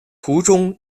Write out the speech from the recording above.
途中